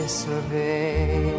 survey